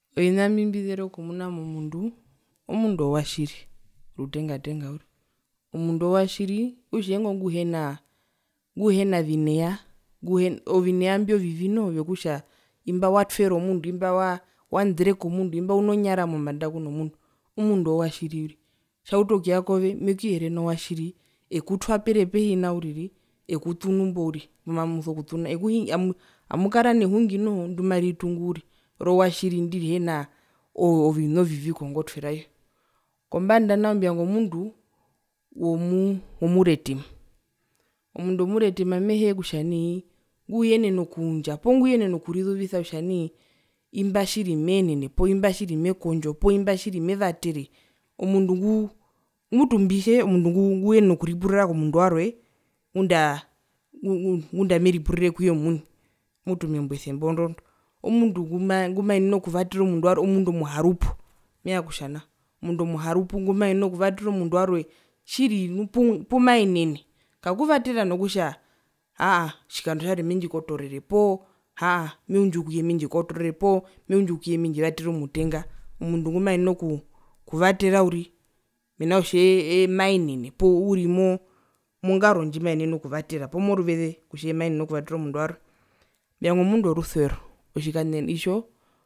Ovina mbimbizera okumuna momundu rutenga tenga uriri, omundu wowatjiri okutja eengwi nguhenaa nguhena vineya ovina imbyo vivi noho imbi vyokutja imba watwere omundu imba wandereke omundu imba unonyara mombanda kuno mundu, omundu wowatjiri uriri tjautu okuya kove mekuyere nowatjiri ekutwapere pehi nao uriri mbimamuso kutuna amukara nehungi noho ndimaritunu rowatjiri ndihina oo oviva ovivi kongotwe rayo, kombanda yanao mbivanga omundu womuu womuretima omundu womuretima mehee kutja nai nguyenena okuundja poo nguyenena okurizuvisa kutja nai imba tjiri meenene poo imba tjiri mekondjo poo imba tjiri mevatere omundu nguu mutu mbitje omundu nguyenena okuripurira komundu warwe ngundaa ngu ngu ngunda meriourire kuye omuni mutu membo esemba orondo omundu ngumaenene okuvatera omundu warwe omundu omuharupu meya kutjanao omundu omuharupu ngumaenene okuvatera omundu warwe tjiri nu pu pumaenene kakuvatera nokutja aahaa otjikando tjarwe mendjikotorere poo aahaa meundju kuye mendjikotoorere poo meundju kuye mendjivatere omutenga omundu ngumaenene oku okuvatera uriri mena rokutja eye maenene poo uri moo mongaro ndjimaenene okuvatera poo uri moruveze kutja eemaenene okuvatera omundu warwe mbiyanga omundu worusuvero otjikanena itjo.